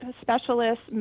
specialists